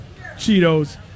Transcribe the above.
Cheetos